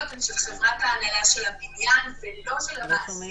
הוא של חברת ההנהלה של הבניין ולא של המעסיק.